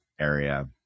area